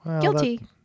Guilty